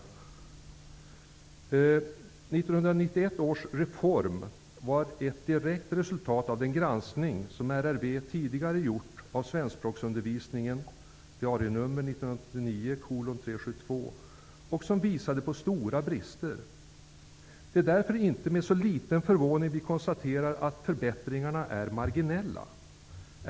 1991 års reform var ett direkt resultat av den granskning, med dnr 1989:372, som RRV tidigare gjort av svenskspråksundervisningen och som visade på stora brister. Det är därför med inte så liten förvåning som vi konstaterar att förbättringarna är marginella.